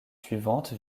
suivantes